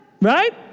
Right